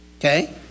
Okay